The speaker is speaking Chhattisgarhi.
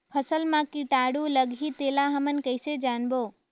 फसल मा कीटाणु लगही तेला हमन कइसे जानबो?